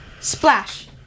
Splash